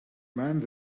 man